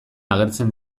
agertzen